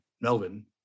melvin